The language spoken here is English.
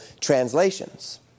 translations